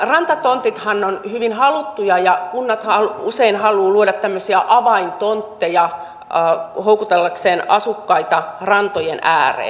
rantatontithan ovat hyvin haluttuja ja kunnathan usein haluavat luoda tämmöisiä avaintontteja houkutellakseen asukkaita rantojen ääreen